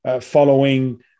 following